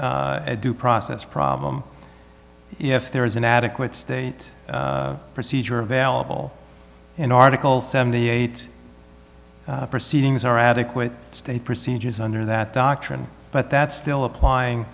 a due process problem if there is an adequate state procedure available in article seventy eight proceedings are adequate state procedures under that doctrine but that's still apply